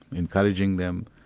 encouraging them,